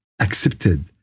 accepted